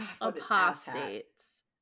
apostates